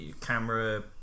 camera